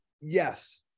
Yes